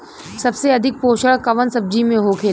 सबसे अधिक पोषण कवन सब्जी में होखेला?